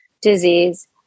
disease